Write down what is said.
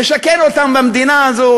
לשכן אותם במדינה הזו,